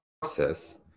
process